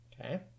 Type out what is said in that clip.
Okay